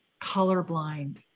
colorblind